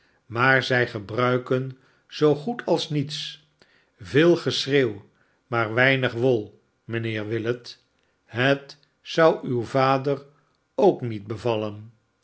maar zij gebruiken zoo goed als niets veel geschreeuw maar weinig wol mijnheer willet het zou uw vader ook niet bevallen